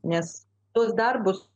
nes tuos darbus